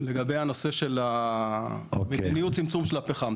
לגבי הנושא של ניהול צמצום הפחם.